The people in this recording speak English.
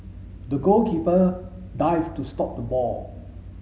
the goalkeeper dived to stop the ball